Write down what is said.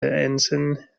ensign